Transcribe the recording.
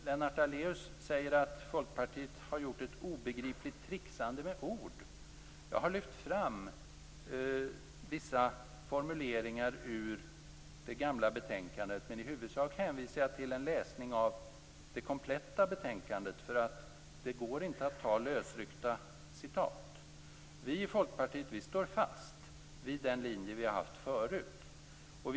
Lennart Daléus säger att Folkpartiet har gjort ett obegripligt trixande med ord. Jag har lyft fram vissa formuleringar ur det gamla betänkandet, men i huvudsak hänvisar jag till läsning av det kompletta betänkandet. Det går inte att bara ta upp lösryckta citat. Vi i Folkpartiet står fast vid den linje som vi tidigare har drivit.